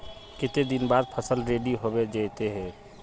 केते दिन बाद फसल रेडी होबे जयते है?